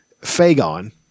Fagon